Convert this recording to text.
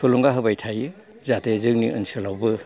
थुलुंगा होबाय थायो जाहाथे जोंनि ओन्सोलावबो